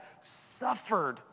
suffered